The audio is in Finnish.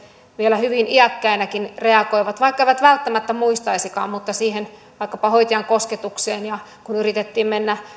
vielä hyvin iäkkäinäkin reagoivat vaikka eivät välttämättä muistaisikaan vaikkapa hoitajan kosketukseen ja kun yritettiin mennä